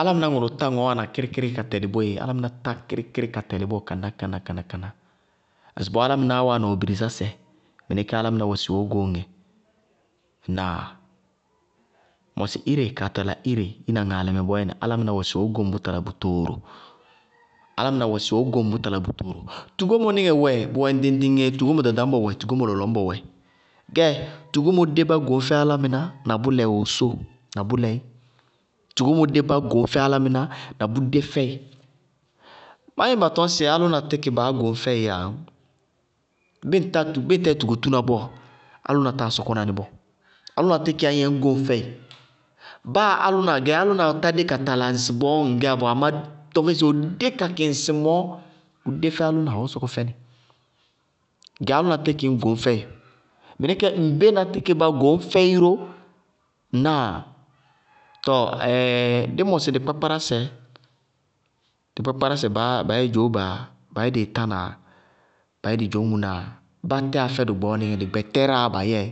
Álámɩná ŋʋrʋ tá ŋɔɔ wáana kɩrɩkɩrɩ ka tɛlɩ boé, álámɩná tá kɩrɩkɩrɩ ka tɛlɩ bɔɔ kaná-kaná bɔɔ. Ŋsɩbɔɔ álámɩnáá wáana ɔ birisásɛ, mɩnɛkéé álámɩná wɛ sɩ ɔɔ góŋñ dzɛ. Ŋnáa? Mɔsɩ ire kaa tala ire: ina ŋaalɛ mɛ bɔɔyɛ nɩ, álámɩná wɛ sɩ ɔɔ góŋ bʋ tala bʋtooro. Álámɩná wɛ sɩ ɔɔ góŋ bʋ tala bʋtooro. Tugómo nɩŋɛ wɛ ŋɖɩŋ-ŋɖɩŋ yéé: tugómo lɔlɔñbɔ wɛ, tugómo ɖaɖañbɔ wɛ. Gɛɛ, tugómo dé bá goñ fɛ álámɩná na bʋ lɛ ɔ wosóo, na bʋlɛ ɩ. Tugómo dé bá goñ fɛ álámɩná na bʋ dé fɛyɩ. Ma dzɩñŋ ba tʋñ sɩ álʋna tɩkɩ bá goñ fɛyɩɩyá añ? Bɩɩ ŋtá yɛ tugotúna bɔɔ, álʋna táa sɔkɔna nɩ bɔɔ. Álʋna tɩkɩɩyá ñyɛ ŋñgóŋ fɛɩ. báa álʋna gɛ álʋna ɔ tádé ka tala ŋsɩbɔɔ ɔɔgɛyá bɔɔ, amá tɔŋ fɛɩ sɩ ɔ dé kakɩ ŋsɩmɔɔ, bʋdé fɛ álʋna, ɔɔ sɔkɔ fɛnɩ gɛ, álʋna tɩkɩ ñ goñ fɛɩ. Mɩnɛkéé ŋbéna tɩkɩ bá goñ fɛɩ ró. Ŋnáa? Tɔɔ ɛɛɛ dɩ mɔsɩ dɩ kpápkárásɛ, dɩ kpápkárásɛ baá bayé dzoóba bayé dɩɩtána, bayé dɩ dzoñŋʋnáa, baáa tɛyá fɛdʋ gbɔɔnɩŋɛ, dɩ gbɛtɛráaá bayɛɛ.